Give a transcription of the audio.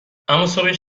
اماصبش